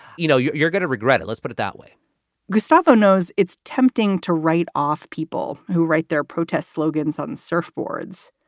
you know, you're you're going to regret it. let's put it that way gustavo knows it's tempting to write off people who write their protest slogans on surfboards,